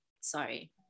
sorry